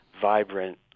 vibrant